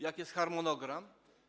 Jaki jest harmonogram?